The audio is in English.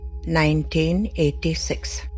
1986